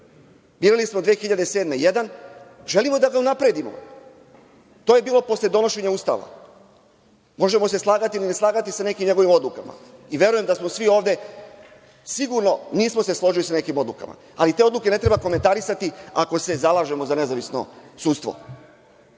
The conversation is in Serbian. Birali smo 2007. godine jedan, želimo da ga unapredimo. To je bilo posle donošenja Ustava. Možemo se slagati ili ne slagati sa nekim njegovim odlukama i verujem da se svi ovde sigurno nismo složili sa nekim odlukama, ali te odluke ne treba komentarisati, ako se zalažemo za nezavisno sudstvo.